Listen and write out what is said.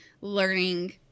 learning